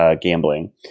gambling